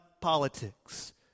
politics